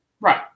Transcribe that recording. Right